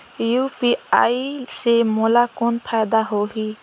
UPI से मोला कौन फायदा होही?